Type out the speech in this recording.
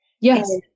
yes